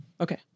Okay